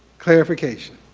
clarification.